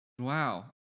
Wow